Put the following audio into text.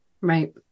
Right